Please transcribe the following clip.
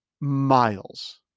miles